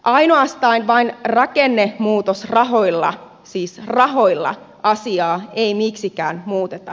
ainoastaan rakennemuutosrahoilla siis rahoilla asiaa ei miksikään muuteta